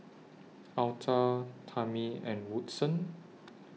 Alta Tamie and Woodson